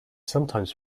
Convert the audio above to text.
sometimes